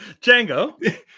Django